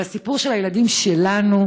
והסיפור הוא של הילדים שלנו.